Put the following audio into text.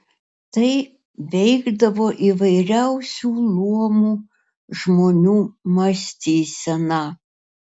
tai veikdavo įvairiausių luomų žmonių mąstyseną